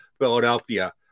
Philadelphia